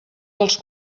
dels